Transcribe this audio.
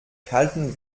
kalten